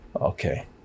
Okay